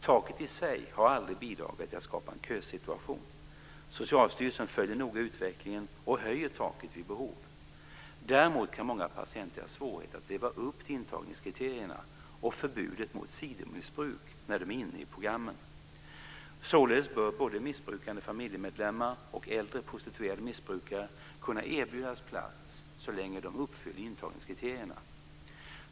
Taket i sig har aldrig bidragit till att skapa en kösituation. Socialstyrelsen följer noga utvecklingen och höjer taket vid behov. Däremot kan många patienter ha svårighet att leva upp till intagningskriterierna och förbudet mot sidomissbruk när de är inne i programmet. Således bör både missbrukande familjemedlemmar och äldre prostituerade missbrukare kunna erbjudas plats så länge de uppfyller intagningskriterierna.